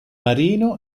marino